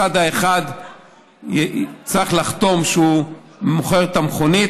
הצד האחד צריך לחתום שהוא מוכר את המכונית,